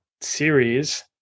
series